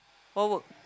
what work